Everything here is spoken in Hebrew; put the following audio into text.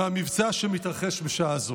מהמבצע שמתרחש בשעה זו.